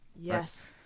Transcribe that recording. yes